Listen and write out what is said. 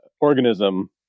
organism